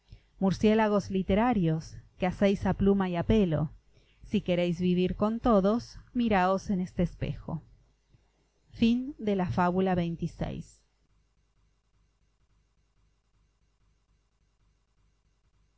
murciélagos literarios que hacéis a pluma y a pelo si queréis vivir con todos miraos en este espejo fábula